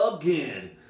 again